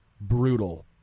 brutal